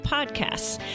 Podcasts